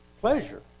pleasure